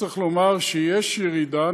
צריך לומר שיש ירידה,